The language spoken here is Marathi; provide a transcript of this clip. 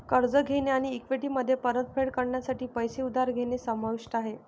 कर्ज घेणे आणि इक्विटीमध्ये परतफेड करण्यासाठी पैसे उधार घेणे समाविष्ट आहे